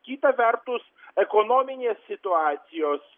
kita vertus ekonominės situacijos